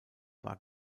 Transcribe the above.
war